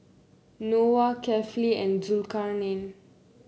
Noah Kefli and Zulkarnain